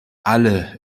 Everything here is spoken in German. alle